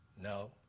No